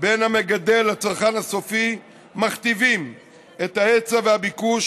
בין המגדל לצרכן הסופי מכתיבים את ההיצע והביקוש